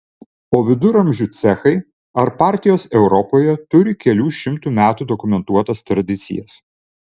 o viduramžių cechai ar partijos europoje turi kelių šimtų metų dokumentuotas tradicijas